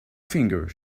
finger